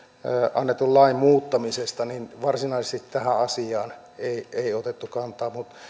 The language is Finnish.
annetun lain muuttamisesta varsinaisesti tähän asiaan ei ei otettu kantaa